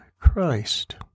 Christ